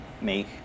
make